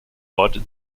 ort